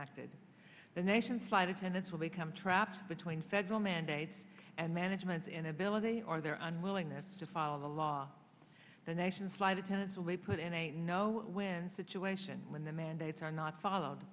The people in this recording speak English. acted the nation's flight attendants will become trapped between federal mandates and management's inability or their unwillingness to follow the law the nation's flight attendants always put in a no win situation when the mandates are not followed